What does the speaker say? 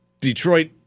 Detroit